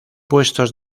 puestos